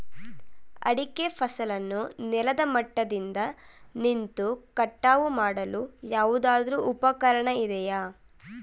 ಅಡಿಕೆ ಫಸಲನ್ನು ನೆಲದ ಮಟ್ಟದಿಂದ ನಿಂತು ಕಟಾವು ಮಾಡಲು ಯಾವುದಾದರು ಉಪಕರಣ ಇದೆಯಾ?